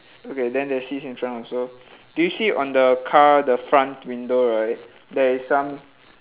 okay then there's seats in front also do you see on the car the front window right there is some